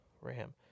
Ram